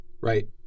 Right